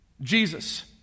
Jesus